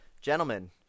gentlemen